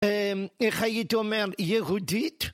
איך היית אומר, יהודית?